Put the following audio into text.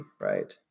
right